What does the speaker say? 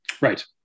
right